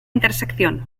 intersección